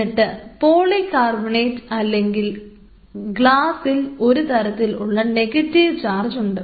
എന്നിട്ട് പോളികാർബണേറ്റ് അല്ലെങ്കിൽ ഗ്ലാസിൽ ഒരു തരത്തിലുള്ള ഉള്ള നെഗറ്റീവ് ചാർജ് ഉണ്ട്